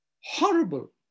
horrible